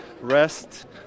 rest